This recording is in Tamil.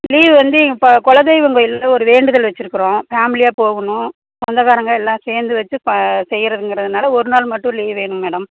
லீவு வந்து இப்போ குலதெய்வம் கோயிலில் ஒரு வேண்டுதல் வெச்சுருக்குறோம் ஃபேமிலியாக போகணும் சொந்தக்காரங்கள் எல்லாம் சேர்ந்து வெச்சு பா செய்யறதுங்கிறதுனால ஒரு நாள் மட்டும் லீவ் வேணும் மேடம்